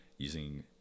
using